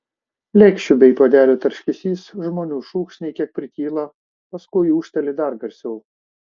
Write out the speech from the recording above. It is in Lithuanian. lėkščių bei puodelių tarškesys žmonių šūksniai kiek prityla paskui ūžteli dar garsiau